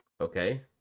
Okay